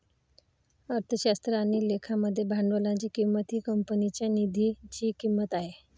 अर्थशास्त्र आणि लेखा मध्ये भांडवलाची किंमत ही कंपनीच्या निधीची किंमत आहे